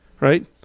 right